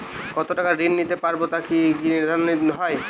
কতো টাকা ঋণ নিতে পারবো তা কি ভাবে নির্ধারণ হয়?